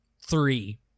three